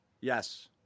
Yes